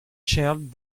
chaired